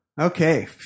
Okay